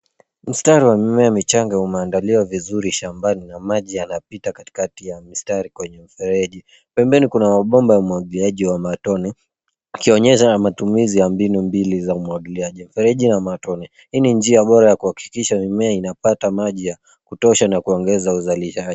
Mistari wa mimea michanga imeaandaliwa vizuri shambani na maji yanapita katikati ya mistari kwenye mfereji. Pembeni kuna mabomba wa umwagiliaji wa matone akionyeshe matumizi ya mbinu mbili za umwagiliaji wa mfereji na matone. Hii ni njia bora ya kuhakikisha mimea inapata maji ya kutosha na kuongeza uzalishaji.